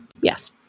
yes